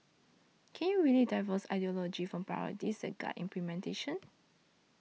can you really divorce ideology from priorities that guide implementation